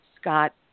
Scott